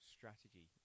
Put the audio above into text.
strategy